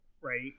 right